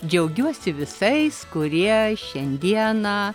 džiaugiuosi visais kurie šiandieną